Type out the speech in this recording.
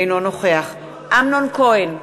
אינו נוכח אמנון כהן,